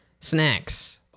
snacks